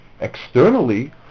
externally